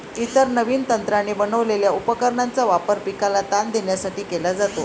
इतर नवीन तंत्राने बनवलेल्या उपकरणांचा वापर पिकाला ताण देण्यासाठी केला जातो